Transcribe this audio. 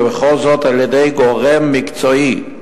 וכל זאת על-ידי גורם מקצועי,